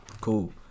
Cool